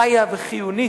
חיה וחיונית.